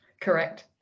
Correct